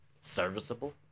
serviceable